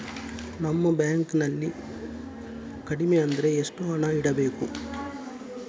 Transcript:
ನಮ್ಮ ಬ್ಯಾಂಕ್ ನಲ್ಲಿ ಕಡಿಮೆ ಅಂದ್ರೆ ಎಷ್ಟು ಹಣ ಇಡಬೇಕು?